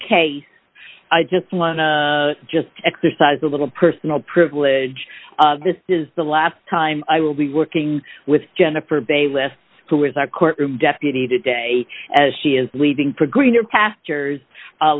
case i just wanna just exercise a little personal privilege this is the last time i will be working with jennifer bayh lists who is our courtroom deputy today as she is leaving for greener pastures